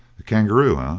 a kangaroo, ah?